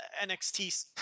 NXT